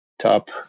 top